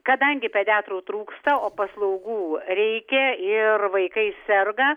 kadangi pediatrų trūksta o paslaugų reikia ir vaikai serga